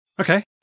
Okay